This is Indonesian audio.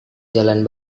jalan